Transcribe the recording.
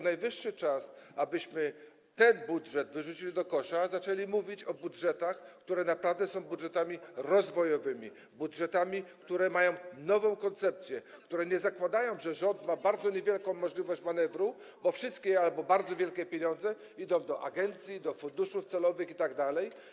Najwyższy czas, abyśmy ten budżet wyrzucili do kosza, a zaczęli mówić o budżetach, które naprawdę są budżetami rozwojowymi, budżetami, które mają nową koncepcję, które nie zakładają, że rząd ma bardzo niewielką możliwość manewru, bo wszystkie bardzo wielkie pieniądze idą do agencji, do funduszów celowych itd.